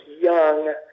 young